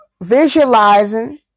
visualizing